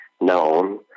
known